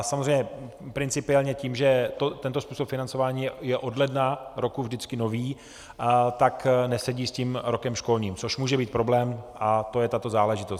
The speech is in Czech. Samozřejmě principiálně tím, že tento způsob financování je od ledna nového roku vždycky nový, nesedí s rokem školním, což může být problém, a to je tato záležitost.